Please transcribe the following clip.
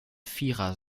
vierer